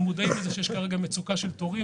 אנחנו מודעים לזה שיש מצוקה של תורים,